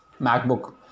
MacBook